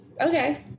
Okay